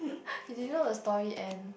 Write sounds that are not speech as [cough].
[laughs] you didn't know the story end